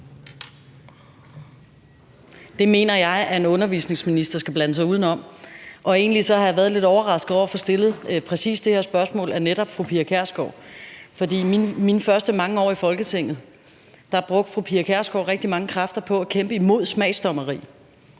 Det mener jeg at en undervisningsminister skal blande sig udenom. Jeg har egentlig været lidt overrasket over at få stillet præcis det her spørgsmål af netop fru Pia Kjærsgaard, for i mange af mine første år i Folketinget brugte fru Pia Kjærsgaard rigtig mange kræfter på at kæmpe imod smagsdommeri,